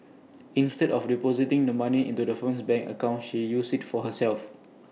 instead of depositing the money into the firm's bank account she used IT for herself